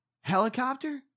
Helicopter